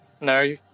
No